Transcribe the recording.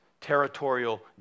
territorial